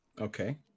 Okay